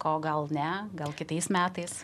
ko gal ne gal kitais metais